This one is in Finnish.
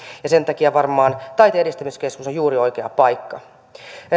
ja sen takia taiteen edistämiskeskus on juuri oikea paikka